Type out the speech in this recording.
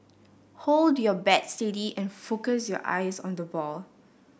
hold your bat steady and focus your eyes on the ball